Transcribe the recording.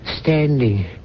Standing